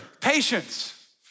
patience